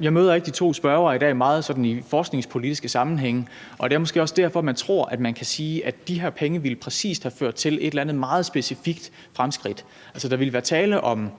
Jeg møder ikke de to spørgere i dag sådan meget i forskningspolitiske sammenhænge, og det er måske også derfor, man tror, at man kan sige, at de her penge præcis ville have ført til et eller andet meget specifikt fremskridt. Altså, der ville være tale om